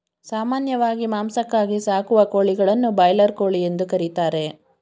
ಸಾಮಾನ್ಯವಾಗಿ ಮಾಂಸಕ್ಕಾಗಿ ಸಾಕುವ ಕೋಳಿಗಳನ್ನು ಬ್ರಾಯ್ಲರ್ ಕೋಳಿ ಎಂದು ಕರಿತಾರೆ